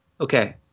Okay